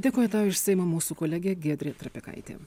dėkoju tau iš seimo mūsų kolegė giedrė trapikaitė